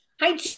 Hi